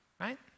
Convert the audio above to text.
right